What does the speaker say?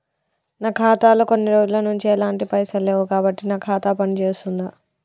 నా ఖాతా లో కొన్ని రోజుల నుంచి ఎలాంటి పైసలు లేవు కాబట్టి నా ఖాతా పని చేస్తుందా?